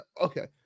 okay